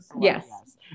Yes